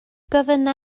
gofynna